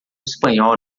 espanhol